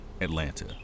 Atlanta